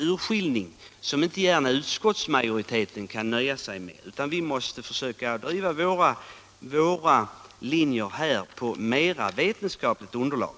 utredning som utskottsmajoriteten inte gärna kan godkänna, utan vi måste försöka driva våra linjer med hjälp av mera vetenskapligt underlag.